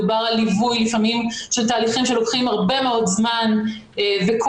מדובר על ליווי לפעמים של תהליכים שלוקחים הרבה מאוד זמן וקושי,